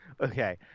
okay